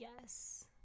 Yes